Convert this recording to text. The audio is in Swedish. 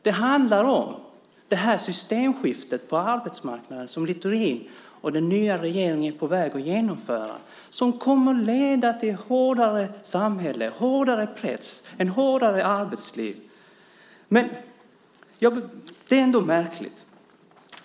Det handlar om det här systemskiftet på arbetsmarknaden som Littorin och den nya regeringen är på väg att genomföra som kommer att leda till ett hårdare samhälle, till hårdare press och till ett hårdare arbetsliv. Det är ändå märkligt.